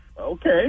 Okay